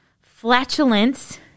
flatulence